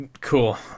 cool